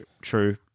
true